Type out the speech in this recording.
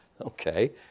okay